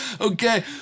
Okay